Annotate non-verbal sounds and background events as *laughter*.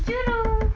*noise*